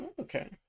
okay